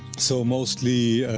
so mostly